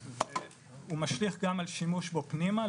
זה משליך גם על השימוש פנימה,